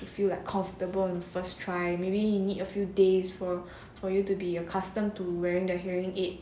you feel like comfortable on the first try maybe you need a few days for for you to be accustomed to wearing the hearing aid